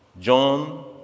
John